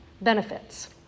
benefits